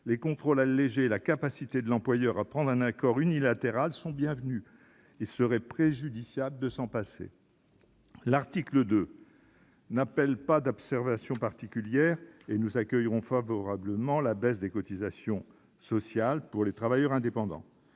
les contrôles allégés et la capacité de l'employeur à prendre un accord unilatéral sont bienvenus. Il serait préjudiciable de s'en passer. L'article 2 n'appelle pas d'observations particulières. Nous accueillons favorablement la baisse des cotisations sociales pour les travailleurs indépendants.